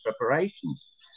preparations